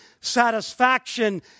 satisfaction